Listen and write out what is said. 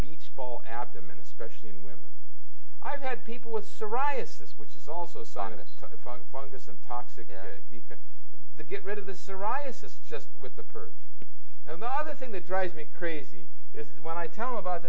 beach ball abdomen especially in women i've had people with psoriasis which is also sinus fungus and toxic because they get rid of the psoriasis just with the perv and the other thing that drives me crazy is when i tell him about